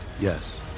Yes